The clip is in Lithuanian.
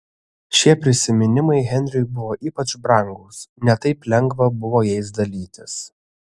šie prisiminimai henriui buvo ypač brangūs ne taip lengva buvo jais dalytis